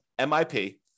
MIP